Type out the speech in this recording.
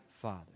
father